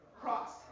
cross